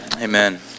Amen